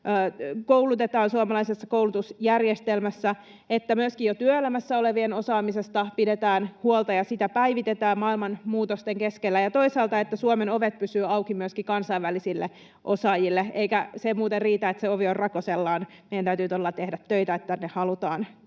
koulutetaan suomalaisessa koulutusjärjestelmässä, että myöskin jo työelämässä olevien osaamisesta pidetään huolta ja sitä päivitetään maailman muutosten keskellä ja toisaalta, että Suomen ovet pysyvät auki myöskin kansainvälisille osaajille — eikä muuten riitä, että se ovi on rakosellaan: meidän täytyy todella tehdä töitä, että tänne halutaan